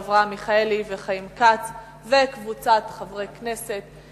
אברהם מיכאלי וחיים כץ וקבוצת חברי כנסת,